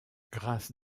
grace